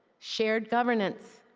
shared governance,